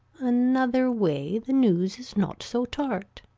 another way the news is not so tart